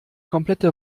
komplette